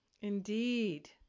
Indeed